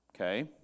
okay